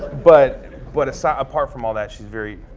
but but so apart from all that she's very,